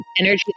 energy